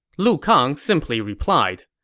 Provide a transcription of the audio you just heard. lu kang simply replied,